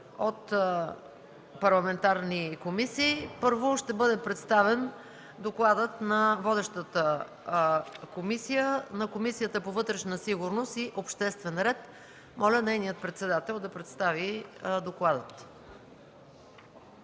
от парламентарни комисии. Първо ще бъде представен докладът на водещата Комисия по вътрешна сигурност и обществен ред. Моля, нейният председател да представи доклада.